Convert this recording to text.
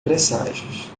presságios